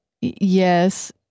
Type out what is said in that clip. Yes